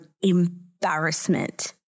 embarrassment